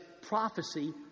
prophecy